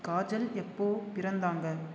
காஜல் எப்போது பிறந்தாங்க